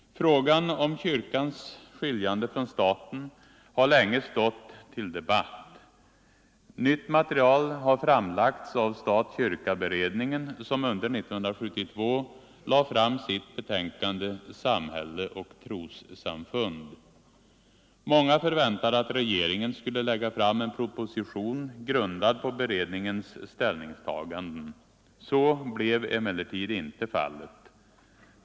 Frågan om kyrkans skiljande från staten har länge stått under debatt, Nytt material har framlagts av stat-kyrka-beredningen, som under 1972 lade fram sitt betänkande Samhälle och trossamfund. Många förväntade att regeringen skulle lägga fram en proposition grundad på beredningens ställningstaganden. Så blev emellertid inte fallet.